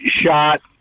shot